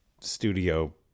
studio